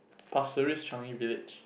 pasir ris Changi-Village